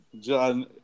John